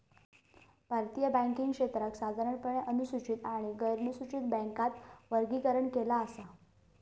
भारतीय बॅन्किंग क्षेत्राक साधारणपणे अनुसूचित आणि गैरनुसूचित बॅन्कात वर्गीकरण केला हा